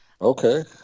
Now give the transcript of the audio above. Okay